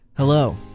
Hello